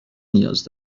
نیاز